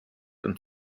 und